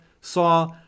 saw